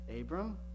Abram